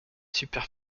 super